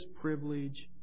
privilege